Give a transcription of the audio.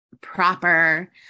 proper